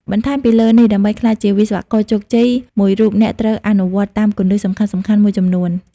បន្លែមពីលើនេះដើម្បីក្លាយជាវិស្វករជោគជ័យមួយរូប អ្នកត្រូវអនុវត្តតាមគន្លឹះសំខាន់ៗមួយចំនួន។